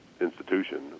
institution